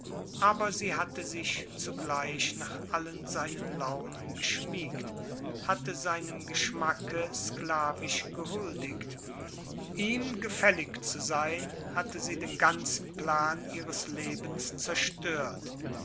aber sie hatte sich zugleich nach allen seinen launen geschmiegt hatte seinem geschmacke sklavisch gehuldigt ihm gefällig zu sein hatte sie den ganzen plan ihres lebens zerstört